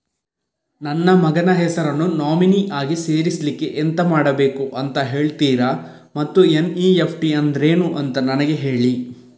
ನನ್ನ ಮಗನ ಹೆಸರನ್ನು ನಾಮಿನಿ ಆಗಿ ಸೇರಿಸ್ಲಿಕ್ಕೆ ಎಂತ ಮಾಡಬೇಕು ಅಂತ ಹೇಳ್ತೀರಾ ಮತ್ತು ಎನ್.ಇ.ಎಫ್.ಟಿ ಅಂದ್ರೇನು ಅಂತ ನನಗೆ ಹೇಳಿ